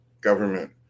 government